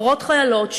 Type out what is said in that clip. מורות חיילות,